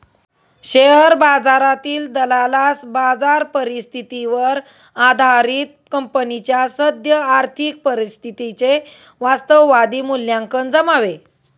share बाजारातील दलालास बाजार परिस्थितीवर आधारित कंपनीच्या सद्य आर्थिक परिस्थितीचे वास्तववादी मूल्यांकन जमावे